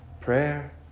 prayer